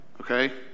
Okay